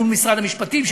מול משרד המשפטים,